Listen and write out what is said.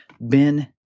Ben